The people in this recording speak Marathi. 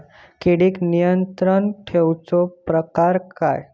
किडिक नियंत्रण ठेवुचा प्रकार काय?